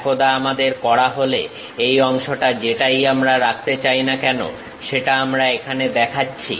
একদা আমাদের করা হলে এই অংশটা যেটাই আমরা রাখতে চাই না কেন সেটা আমরা এখানে দেখাচ্ছি